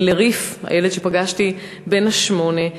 לריף, הילד שפגשתי, בן השמונה.